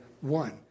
one